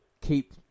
keep